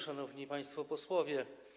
Szanowni Państwo Posłowie!